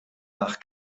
nach